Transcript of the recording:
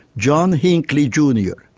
john hickley jr,